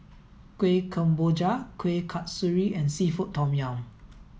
Kueh Kemboja Kuih Kasturi and Seafood Tom Yum